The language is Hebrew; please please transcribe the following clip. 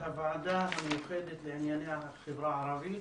אנחנו פותחים את ישיבת הוועדה המיוחדת לענייני החברה הערבית.